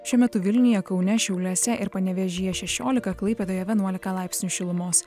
šiuo metu vilniuje kaune šiauliuose ir panevėžyje šešiolika klaipėdoje vienuolika laipsnių šilumos